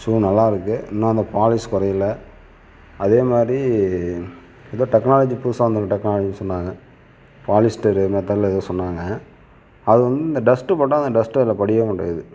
shoe நல்லா இருக்குது இன்னும் அந்த பாலீஸ் குறயல அதே மாதிரி ஏதோ டெக்னாலஜி புதுசாக வந்திருக்ற டெக்னாலஜின்னு சொன்னாங்கள் பாலீஸ்ட்டரு மெத்தேடில் ஏதோ சொன்னாங்கள் அது வந்து இந்த டஸ்ட்டு பட்டால் அந்த டஸ்ட்டு அதில் படியவே மாட்டேங்குது